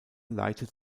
leitet